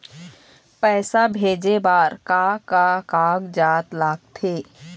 पैसा भेजे बार का का कागजात लगथे?